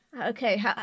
okay